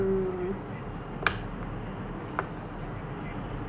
confirm your intern also work from home then selepas itu ada banyak benda nak buat